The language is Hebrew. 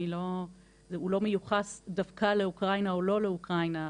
הוא לא מיוחס דווקא לאוקראינה או לא לאוקראינה,